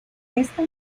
esta